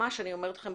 ממש אני אומרת לכם,